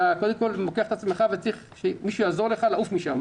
אתה קודם כול לוקח את עצמך וצריך שמישהו יעזור לך לעוף משם,